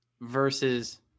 versus